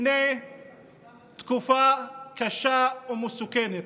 בפני תקופה קשה ומסוכנת,